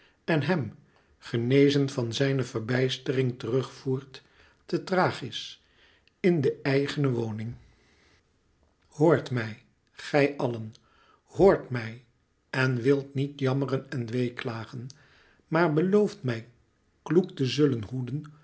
en hem genezen van zijne verbijstering terug voert te thrachis in de eigene woning hoort mij gij allen hort mij en wilt niet jammeren en weeklagen maar belooft mij kloek te zullen hoeden